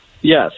Yes